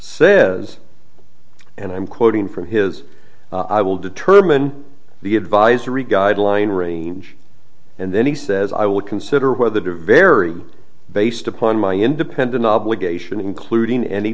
says and i'm quoting from his i will determine the advisory guideline range and then he says i would consider whether to vary based upon my independent obligation including any